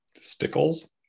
Stickles